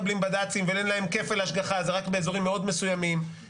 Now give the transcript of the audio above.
בדרך כלל מוסיפים אותו בשלב מאוחר יותר,